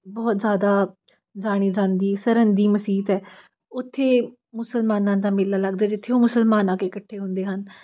ਬਹੁਤ ਜ਼ਿਆਦਾ ਜਾਣੀ ਜਾਂਦੀ ਸਰਹੰਦ ਦੀ ਮਸੀਤ ਹੈ ਉੱਥੇ ਮੁਸਲਮਾਨਾਂ ਦਾ ਮੇਲਾ ਲੱਗਦਾ ਜਿੱਥੇ ਉਹ ਮੁਸਲਮਾਨ ਆ ਕੇ ਇਕੱਠੇ ਹੁੰਦੇ ਹਨ